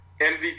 MVP